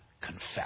confess